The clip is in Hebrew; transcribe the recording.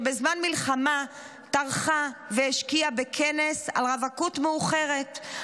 שבזמן מלחמה טרחה והשקיעה בכנס על רווקות מאוחרת,